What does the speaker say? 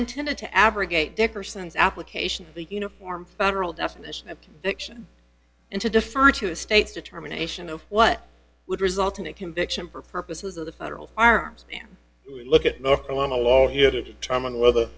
intended to abrogate dickerson's application of the uniform federal definition of fiction and to defer to the state's determination of what would result in a conviction for purposes of the federal firearms look at north carolina law here to determine whether